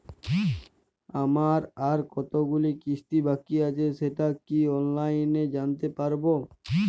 আমার আর কতগুলি কিস্তি বাকী আছে সেটা কি অনলাইনে জানতে পারব?